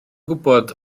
gwybod